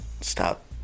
stop